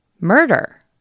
murder